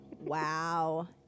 wow